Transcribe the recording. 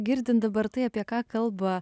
girdint dabar tai apie ką kalba